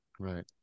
right